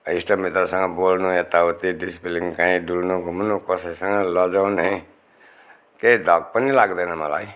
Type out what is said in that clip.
इष्ट मित्रसँग बोल्नु यताउति डिसिप्लिन कहीँ डुल्नु घुम्नु कसैसँग लजाउने केही धक पनि लाग्दैन मलाई